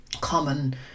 common